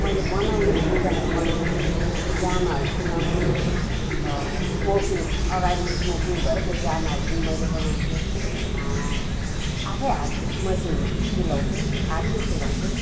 मैले बनाएँ लुगाहरू बनाउँछु जामाहरू सिलाउँछु इस्मोकिङ अघाडि इस्मोकिङ भएको जामाहरू पनि मैले बनाउथेँ आफै हातले मसिनमा सिलाउँथे हातले सिलाउँथे